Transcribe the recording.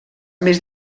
més